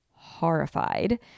horrified